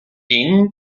jin